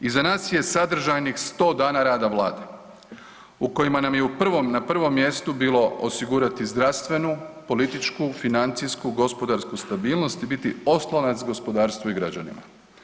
Iza nas je sadržajnih 100 dana rada Vlade u kojima nam je na prvom mjestu bilo osigurati zdravstvenu, političku, financijsku, gospodarsku stabilnost i biti oslonac gospodarstvu i građanima.